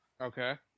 Okay